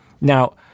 Now